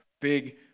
big